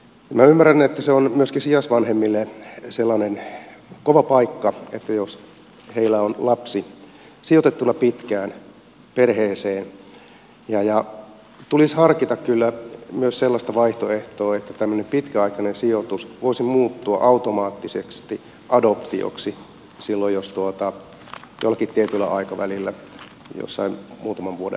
minä ymmärrän että se on myös kyse jos on myöskin sijaisvanhemmille kova paikka jos heillä on lapsi sijoitettuna pitkään perheeseen ja tulisi harkita kyllä myös sellaista vaihtoehtoa että tämmöinen pitkäaikainen sijoitus voisi muuttua automaattisesti adoptioksi jollakin tietyllä aikavälillä esimerkiksi jossain muutaman vuoden aikana